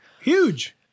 huge